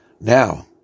Now